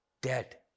dead